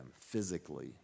physically